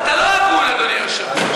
אתה לא הגון, אדוני היושב-ראש.